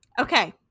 Okay